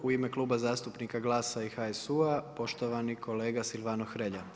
U ime Kluba zastupnika GLAS-a i HSU-a poštovani kolega Silvano Hrelja.